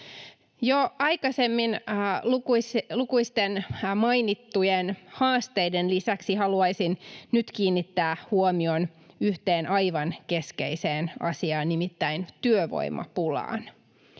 aikaisemmin lukuisten mainittujen haasteiden lisäksi haluaisin nyt kiinnittää huomion yhteen aivan keskeiseen asiaan, nimittäin työvoimapulaan.